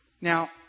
Now